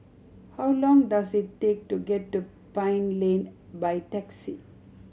how long does it take to get to Pine Lane by taxi